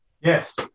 Yes